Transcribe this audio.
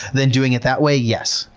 then doing it that way, yes.